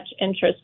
interest